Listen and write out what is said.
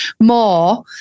more